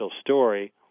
story